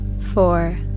four